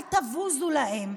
אל תבוזו להם.